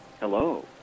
Hello